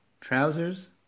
trousers